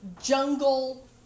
jungle